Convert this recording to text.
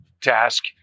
task